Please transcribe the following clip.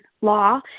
law